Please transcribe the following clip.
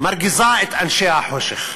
מרגיזה את אנשי החושך,